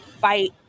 fight